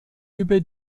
über